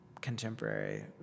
contemporary